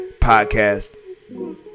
Podcast